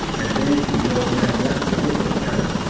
and james and the old man left the stable together.